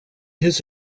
his